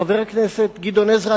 חבר הכנסת גדעון עזרא,